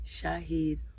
Shahid